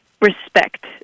respect